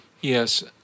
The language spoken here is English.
Yes